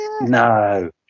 No